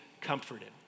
comforted